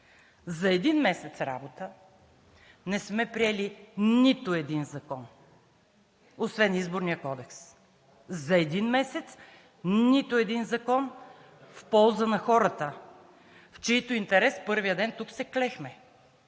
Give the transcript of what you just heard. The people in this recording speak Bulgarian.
За един месец работа не сме приели нито един закон освен Изборния кодекс. За един месец нито един закон в полза на хората, в чийто интерес в първия ден тук се клехме,